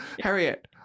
Harriet